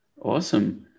Awesome